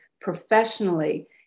professionally